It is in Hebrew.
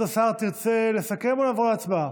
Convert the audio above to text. כבוד השר, תרצה לסכם או לעבור להצבעה?